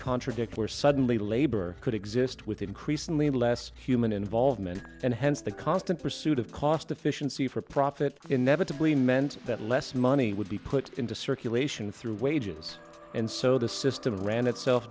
contradict where suddenly labor could exist with increasingly less human involvement and hence the constant pursuit of cost efficiency for profit inevitably meant that less money would be put into circulation through wages and so the system ran itself